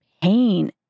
pain